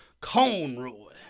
Conroy